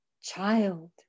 child